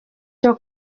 cyo